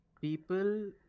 people